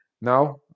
Now